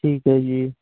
ਠੀਕ ਹੈ ਜੀ